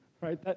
right